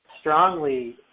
strongly